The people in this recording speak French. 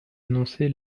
annoncé